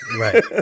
right